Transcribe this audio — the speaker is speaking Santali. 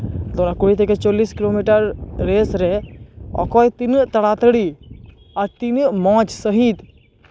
ᱛᱚ ᱚᱱᱟ ᱠᱩᱲᱤ ᱛᱷᱮᱠᱮ ᱪᱚᱞᱞᱤᱥ ᱠᱤᱞᱳᱢᱤᱴᱟᱨ ᱨᱮᱥ ᱨᱮ ᱚᱠᱚᱭ ᱛᱤᱱᱟᱹᱜ ᱛᱟᱲᱟᱛᱟᱹᱲᱤ ᱟᱨ ᱛᱤᱱᱟᱹᱜ ᱢᱚᱡᱽ ᱥᱟᱺᱦᱤᱡ